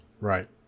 right